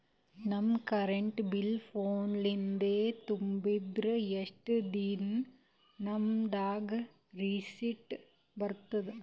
ನಮ್ current bill ಫೋನ ಲಿಂದೇ ತುಂಬಿದ್ರ, ಎಷ್ಟ ದಿ ನಮ್ ದಾಗ ರಿಸಿಟ ಬರತದ?